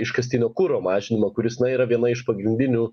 iškastinio kuro mažinimo kuris na yra viena iš pagrindinių